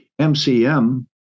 MCM